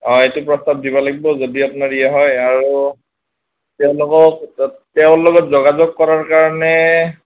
অ এইটো দিব লাগিব যদি আপোনাৰ এয়া হয় তেওঁলোকক তেওঁ লগত যোগাযোগ কৰাৰ কাৰণে